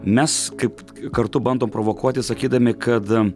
mes kaip kartu bandom provokuoti sakydami kad